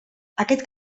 aquest